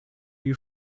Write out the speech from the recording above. you